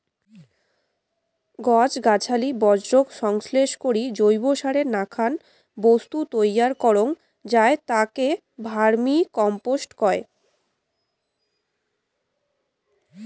গছ গছালি বর্জ্যক সংশ্লেষ করি জৈবসারের নাকান বস্তু তৈয়ার করাং যাই তাক ভার্মিকম্পোস্ট কয়